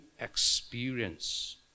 experience